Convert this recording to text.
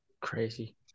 Crazy